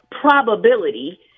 probability